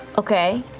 okay.